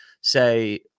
say